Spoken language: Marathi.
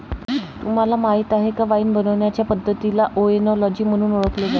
तुम्हाला माहीत आहे का वाइन बनवण्याचे पद्धतीला ओएनोलॉजी म्हणून ओळखले जाते